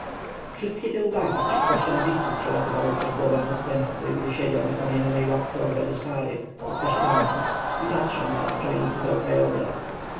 wszystkie te uwagi z szybkością wichru przelatywały przez głowę następcy gdy siedział na kamiennej ławce ogrodu sary pod kasztanem i patrzył na otaczający go krajobraz